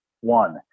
one